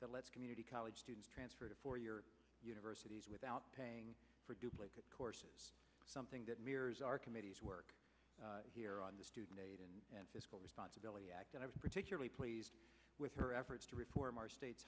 that lets community college students transfer to four year universities without paying for duplicate courses something that mirrors our committee's work here on the student aid and and fiscal responsibility act and i was particularly pleased with her efforts to reform our state